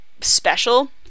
special